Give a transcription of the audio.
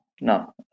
no